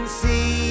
see